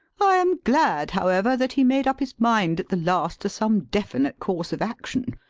i am glad, however, that he made up his mind at the last to some definite course of action,